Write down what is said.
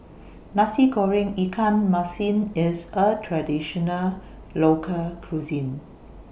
Nasi Goreng Ikan Masin IS A Traditional Local Cuisine